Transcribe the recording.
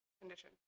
condition